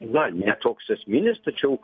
na ne toks esminis tačiau